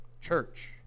church